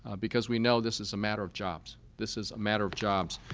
ah because we know this is a matter of jobs. this is a matter of jobs.